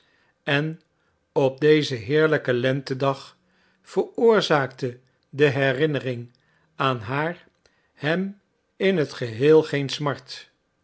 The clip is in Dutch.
en op dezen heerlijken lentedag veroorzaakte de herinnering aan haar hem in het geheel geen smart